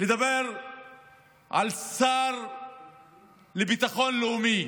לדבר על השר לביטחון לאומי